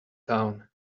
town